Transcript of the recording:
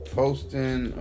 posting